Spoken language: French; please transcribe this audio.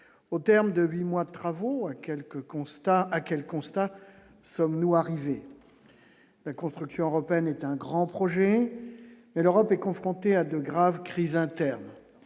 au terme de 8 mois de travaux quelques constats à quel constat sommes-nous arrivés la construction européenne est un grand projet et l'Europe est confrontée à de graves crises internes